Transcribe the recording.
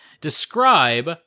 describe